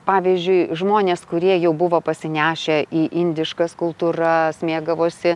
pavyzdžiui žmonės kurie jau buvo pasinešę į indiškas kultūra mėgavosi